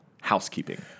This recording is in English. housekeeping